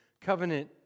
covenant